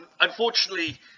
Unfortunately